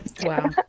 Wow